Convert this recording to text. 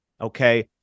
okay